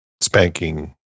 spanking